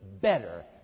better